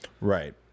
Right